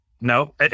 no